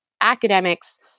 academics